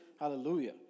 Hallelujah